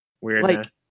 weird